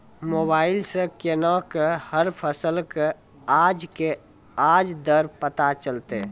Mobile सऽ केना कऽ हर फसल कऽ आज के आज दर पता चलतै?